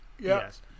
Yes